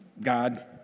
God